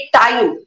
time